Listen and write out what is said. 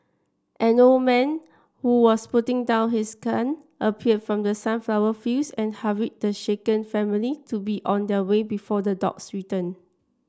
an old man who was putting down his gun appeared from the sunflower fields and hurried the shaken family to be on their way before the dogs return